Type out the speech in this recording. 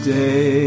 day